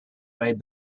made